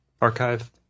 archive